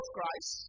Christ